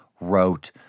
wrote